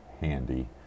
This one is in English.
handy